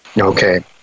Okay